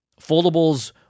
foldables